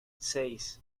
seis